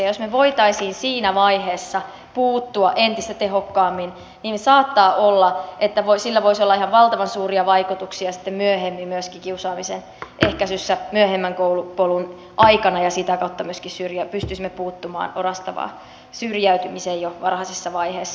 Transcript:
jos me voisimme siinä vaiheessa puuttua entistä tehokkaammin niin saattaa olla että sillä voisi olla ihan valtavan suuria vaikutuksia sitten myöhemmin myöskin kiusaamisen ehkäisyssä myöhemmän koulupolun aikana ja sitä kautta myöskin pystyisimme puuttumaan orastavaan syrjäytymiseen jo varhaisessa vaiheessa